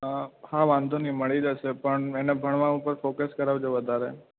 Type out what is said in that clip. હા વાંધો નય મળી જશે પણ એને ભણવા ઉપર ફોકસ કરાવજો વધારે